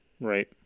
Right